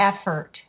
effort